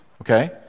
okay